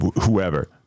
whoever